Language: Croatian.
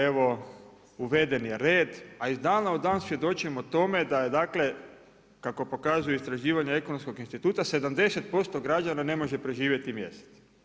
Evo, uveden je red, a iz dana u dan svjedočimo tome da je dakle, kako pokazuju istraživanja Ekonomskog instituta, 70% građana ne može preživjeti mjesec.